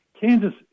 Kansas